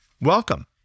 Welcome